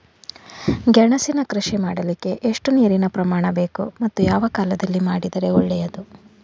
ಗೆಣಸಿನ ಕೃಷಿ ಮಾಡಲಿಕ್ಕೆ ಎಷ್ಟು ನೀರಿನ ಪ್ರಮಾಣ ಬೇಕು ಮತ್ತು ಯಾವ ಕಾಲದಲ್ಲಿ ಮಾಡಿದರೆ ಒಳ್ಳೆಯದು?